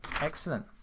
excellent